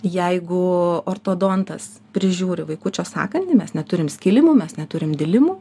jeigu ortodontas prižiūri vaikučio sąkandį mes neturim skilimų mes neturim dilimų